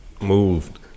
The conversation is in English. moved